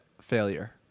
failure